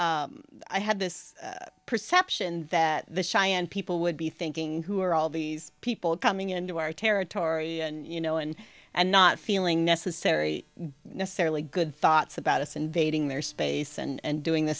know i had this perception that the shy and people would be thinking who are all these people coming into our territory and you know and and not feeling necessary necessarily good thoughts about us invading their space and doing the